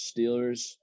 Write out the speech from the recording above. Steelers